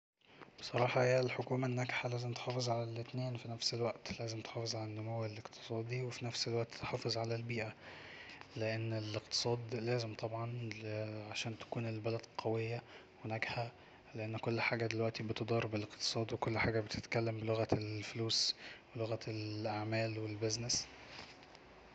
بصراحة هي الحكومة الناجحة لازم تحافظ على الاتنين في نفس الوقت لازم تحافظ على النمو الاقتصادي وفي نفس الوقت تحافظ على البيئة لأن الاقتصاد لازم طبعا عشان تكون البلد قوية وناجحة لأن كل حاجة دلوقتي بتدار بالاقتصاد وكل حاجة بتتكلم بلغة الفلوس ولغة الأعمال والبيزنس